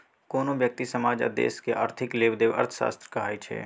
कोनो ब्यक्ति, समाज आ देशक आर्थिक लेबदेब अर्थशास्त्र कहाइ छै